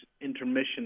Intermission